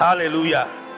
Hallelujah